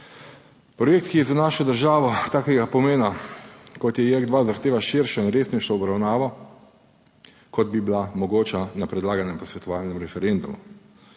Projekt, ki je za našo državo takega pomena, kot je JEK2, zahteva širšo in resnejšo obravnavo. Kot bi bila mogoča na predlaganem posvetovalnem referendumu.